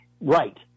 Right